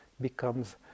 becomes